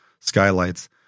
skylights